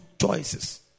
choices